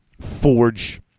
forge